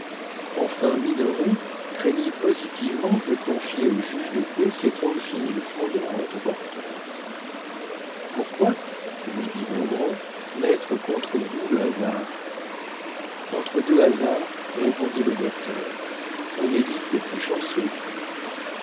enfin minoret craignit positivement de confier au juge de paix ses trente-six mille francs de rente au porteur pourquoi lui dit bongrand mettre contre vous le hasard entre deux hasards répondit le docteur on évite le plus chanceux